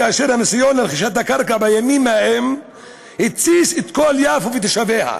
כאשר הניסיון לרכישת הקרקע בימים ההם התסיס את כל יפו ותושביה.